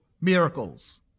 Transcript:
miracles